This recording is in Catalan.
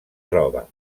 troba